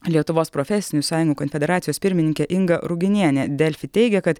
lietuvos profesinių sąjungų konfederacijos pirmininkė inga ruginienė delfi teigė kad